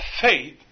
faith